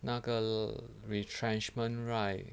那个 retrenchment right